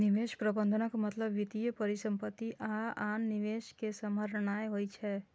निवेश प्रबंधनक मतलब वित्तीय परिसंपत्ति आ आन निवेश कें सम्हारनाय होइ छै